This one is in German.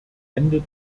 ende